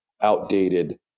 outdated